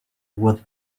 with